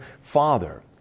Father